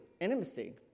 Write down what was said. Intimacy